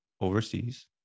overseas